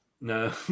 No